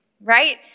right